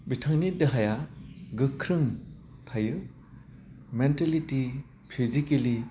बिथांनि देहाया गोख्रों थायो मेन्टिलिटि फिजिकेलि